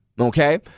Okay